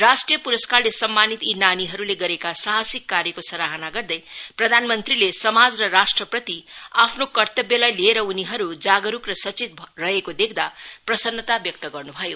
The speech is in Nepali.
राष्ट्रीय पुरस्कारले सम्मानित यी नानीहरूले गरेका साहसिक कार्यको सराहना गर्दै प्रधानमन्त्रीले समाज र राष्ट्रप्रति आफ्नो कर्तव्यलाई लिएर उनीहरू जागरूक र सचेत रहेको देख्दा प्रसन्नता व्यक्त गर्नु भयो